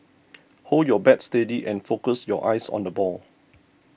hold your bat steady and focus your eyes on the ball